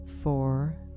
Four